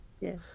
Yes